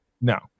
no